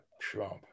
Trump